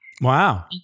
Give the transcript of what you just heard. Wow